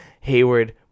Hayward